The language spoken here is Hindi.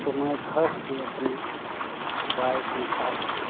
तो मैं घर से अपने बाइक निकाल कर